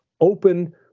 open